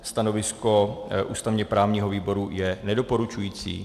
Stanovisko ústavněprávního výboru je nedoporučující.